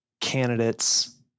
candidates